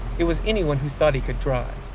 it was anyone who thought he could drive.